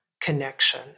connection